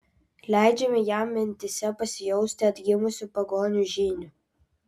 leidžiame jam mintyse pasijausti atgimusiu pagonių žyniu